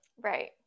Right